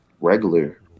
regular